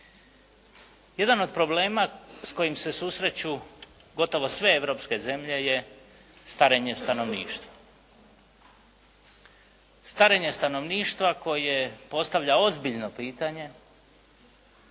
Jedan od problema s kojim se susreću gotovo sve europske zemlje je starenje stanovništva. Starenje stanovništva koje postavlja ozbiljno pitanje